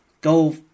Go